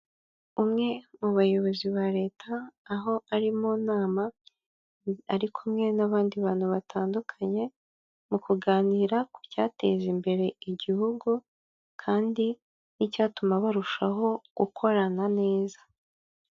Umwe mu bayobozi ba leta aho ari mu nama ari kumwe n'abandi bantu batandukanye, mu kuganira ku cyateza imbere igihugu kandi n'icyatuma barushaho gukorana neza.